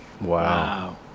Wow